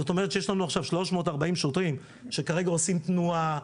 זאת אומרת שיש לנו עכשיו 340 שוטרים שכרגע עושים תנועה ,